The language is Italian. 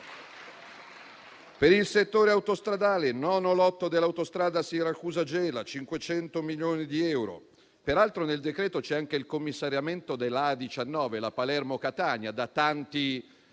Per il settore autostradale, lotto 9 dell'autostrada Siracusa-Gela, sono previsti 500 milioni di euro; peraltro, nel decreto-legge c'è anche il commissariamento della A19, la Palermo-Catania, da tanti